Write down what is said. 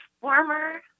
former